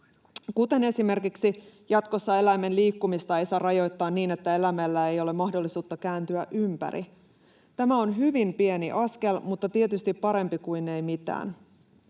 kuten esimerkiksi jatkossa eläimen liikkumista ei saa rajoittaa niin, että eläimellä ei ole mahdollisuutta kääntyä ympäri. Tämä on hyvin pieni askel, mutta tietysti parempi kuin ei mitään.